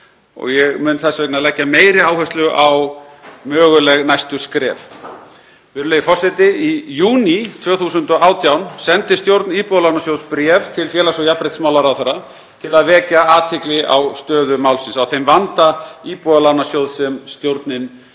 Ég mun þess vegna leggja meiri áherslu á möguleg næstu skref. Virðulegi forseti. Í júní 2018 sendi stjórn Íbúðalánasjóðs bréf til félags- og jafnréttismálaráðherra til að vekja athygli á stöðu málsins, á þeim vanda Íbúðalánasjóðs sem stjórnin hafði